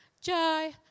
joy